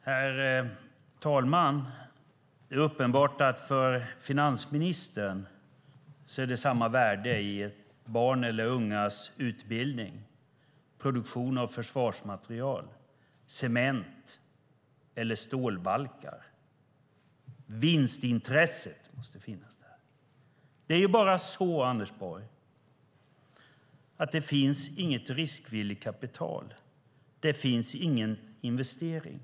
Herr talman! Det är uppenbart att det för finansministern är samma värde i barns eller ungas utbildning som i produktion av försvarsmateriel, cement eller stålbalkar. Vinstintresset måste finnas. Det är bara det, Anders Borg, att det inte finns något riskvilligt kapital. Det finns ingen investering.